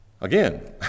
Again